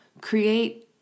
create